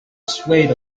swayed